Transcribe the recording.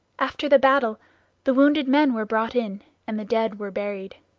after the battle the wounded men were brought in and the dead were buried.